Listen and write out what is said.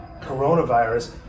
coronavirus